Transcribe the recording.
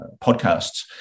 podcasts